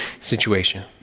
situation